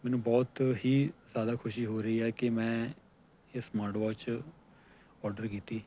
ਮੈਨੂੰ ਬਹੁਤ ਹੀ ਜ਼ਿਆਦਾ ਖੁਸ਼ੀ ਹੋ ਰਹੀ ਹੈ ਕਿ ਮੈਂ ਇਹ ਸਮਾਰਟ ਵਾਚ ਔਡਰ ਕੀਤੀ